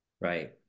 Right